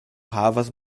havas